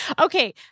Okay